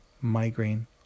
migraine